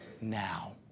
now